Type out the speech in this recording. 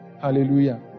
Hallelujah